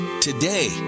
today